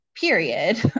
period